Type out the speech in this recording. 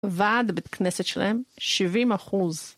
ועד בית כנסת שלהם, 70%.